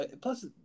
Plus